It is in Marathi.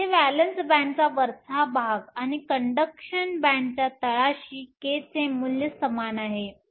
येथे व्हॅलेन्स बॅण्डचा वरचा भाग आणि कंडक्शन बॅण्डच्या तळाशी k चे मूल्य समान आहे